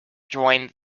joined